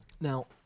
Now